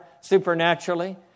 supernaturally